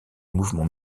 mouvement